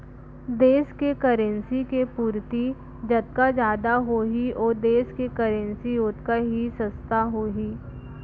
देस के करेंसी के पूरति जतका जादा होही ओ देस के करेंसी ओतका ही सस्ता होही